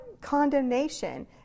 condemnation